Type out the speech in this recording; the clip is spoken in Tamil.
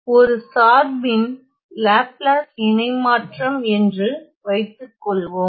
ஒரு சார்பின் லாப்லாஸ் இணைமாற்றம் என்று வைத்துக்கொள்வோம்